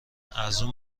ارزون